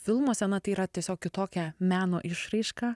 filmuose tai yra tiesiog kitokia meno išraiška